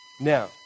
Now